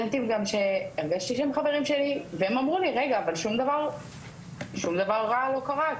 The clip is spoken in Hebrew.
והם אמרו לי רגע, אבל שום דבר רע לא קרה.